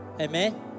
Amen